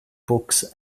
books